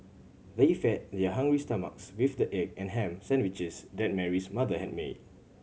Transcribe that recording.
they fed their hungry stomachs with the egg and ham sandwiches that Mary's mother had made